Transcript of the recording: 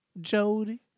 Jody